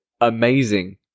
amazing